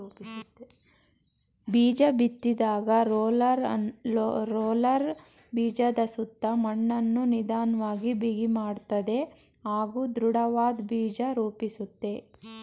ಬೀಜಬಿತ್ತಿದಾಗ roller ಬೀಜದಸುತ್ತ ಮಣ್ಣನ್ನು ನಿಧನ್ವಾಗಿ ಬಿಗಿಮಾಡ್ತದೆ ಹಾಗೂ ದೃಢವಾದ್ ಬೀಜ ರೂಪಿಸುತ್ತೆ